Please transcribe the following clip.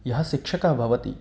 यः शिक्षकः भवति